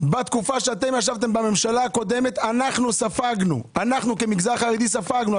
בתקופה שאתם ישבתם בממשלה הקודמת אנחו כמגזר חרדי ספגנו.